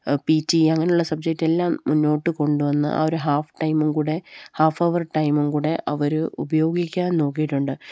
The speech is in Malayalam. പി ടി അങ്ങനെയുള്ള സബ്ജെക്റ്റ് എല്ലാം മുന്നോട്ട് കൊണ്ടുവന്ന് ആ ഒരു ഹാഫ് ടൈമും കൂടെ ഹാഫ് ഹവർ ടൈമും കൂടെ അവര് ഉപയോഗിക്കാൻ നോക്കിയിട്ടുണ്ട്